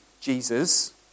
Jesus